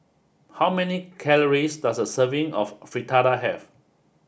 how many calories does a serving of Fritada have